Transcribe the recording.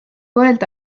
öelda